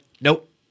nope